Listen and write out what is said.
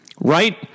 right